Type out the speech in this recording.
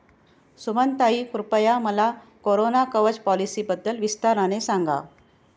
सुमनताई, कृपया मला कोरोना कवच पॉलिसीबद्दल विस्ताराने सांगा